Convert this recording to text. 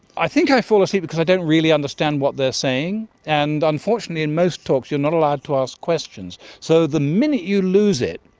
i think i fall asleep because i don't really understand what they are saying. and unfortunately in most talks you are not allowed to ask questions. so the minute you lose it,